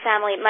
family